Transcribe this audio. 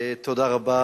תודה רבה